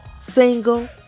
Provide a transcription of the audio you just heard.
single